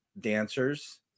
dancers